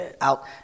out